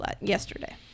yesterday